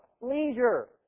leisure